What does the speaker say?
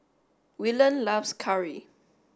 Willene loves Curry